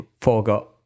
forgot